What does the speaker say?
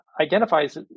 identifies